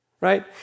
right